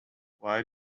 why